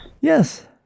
Yes